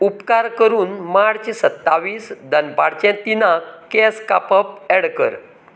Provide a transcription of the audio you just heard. उपकार करून मार्च सत्तावीस दनपारचें तिनांक केंस कापप ऍड कर